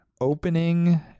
opening